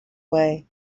way